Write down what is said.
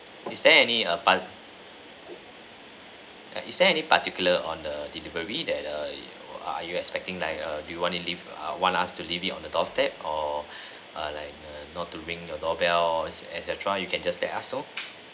is there any err par~ err is there any particular on the delivery that err are you expecting like err do you want to leave you want us to leave it on the doorstep or or like not to ring your doorbell et cetera you can just let us know